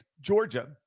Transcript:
Georgia